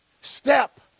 step